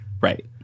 Right